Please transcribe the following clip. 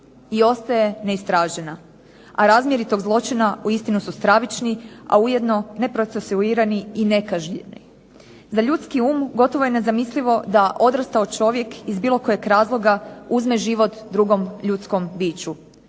I ostaje neistražena. A razmjeri tog zločina uistinu su stravični a ujedno neprocesuirani i nekažnjeni. Za ljudski um gotovo je neobjasnivo da odrastao čovjek iz bilo kojeg razloga uzme život drugom ljudskom biću.